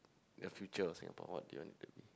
the future of Singapore what do you want it to be